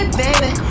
baby